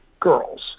girls